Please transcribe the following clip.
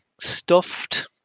stuffed